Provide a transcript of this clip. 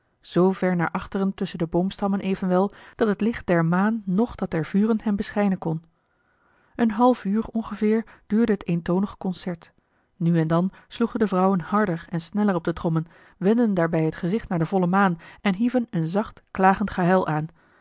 naar achteren tusschen de boomstammen evenwel dat het licht der maan noch dat der vuren hen beschijnen kon een half uur ongeveer duurde het eentonig concert nu en dan sloegen de vrouwen harder en sneller op de trommen wendden daarbij het gezicht naar de volle maan en hieven een zacht klagend gehuil aan